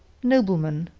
nobleman,